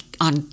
on